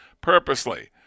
purposely